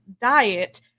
diet